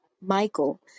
Michael